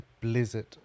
blizzard